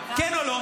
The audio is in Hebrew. כן או לא?